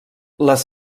les